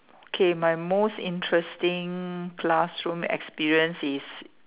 K my most interesting classroom experience is